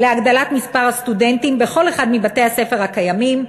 להגדלת מספר הסטודנטים בכל אחד מבתי-הספר הקיימים,